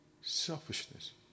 selfishness